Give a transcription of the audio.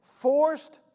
Forced